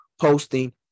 posting